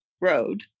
road